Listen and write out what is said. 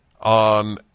on